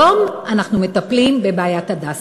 אבל היום אנחנו מטפלים בבעיית "הדסה".